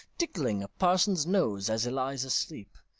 tickling a parson's nose as a lies asleep,